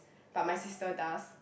but my sister does